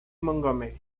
montgomery